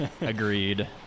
Agreed